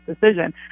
decision